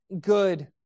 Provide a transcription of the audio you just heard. good